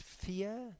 fear